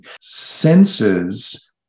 senses